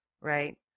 Right